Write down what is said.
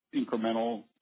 incremental